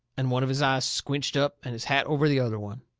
and one of his eyes squinched up and his hat over the other one.